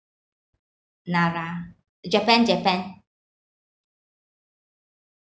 nara japan japan